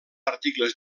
articles